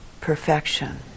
perfection